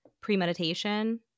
premeditation